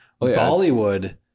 Bollywood